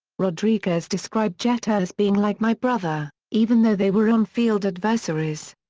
rodriguez described jeter as being like my brother, even though they were on-field adversaries.